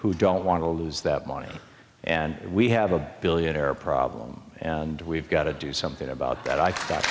who don't want to lose that money and we have a billionaire problem and we've got to do something about that i